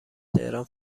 تهران